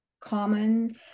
common